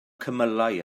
cymylau